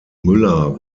müller